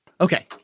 Okay